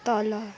तल